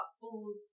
food